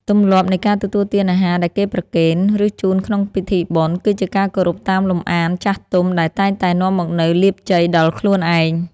ទម្លាប់នៃការទទួលទានអាហារដែលគេប្រគេន ឬជូនក្នុងពិធីបុណ្យ គឺជាការគោរពតាមលំអានចាស់ទុំដែលតែងតែនាំមកនូវលាភជ័យដល់ខ្លួនឯង។